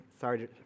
Sorry